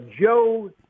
Joe